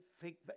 fake